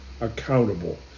accountable